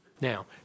Now